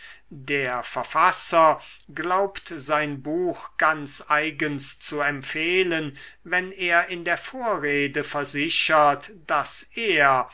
der verfasser glaubt sein buch ganz eigens zu empfehlen wenn er in der vorrede versichert daß er